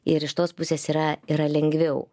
ir iš tos pusės yra yra lengviau